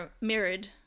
mirrored